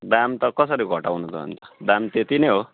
दाम त कसरी घटाउनु त अन्त दाम त्यति नै हो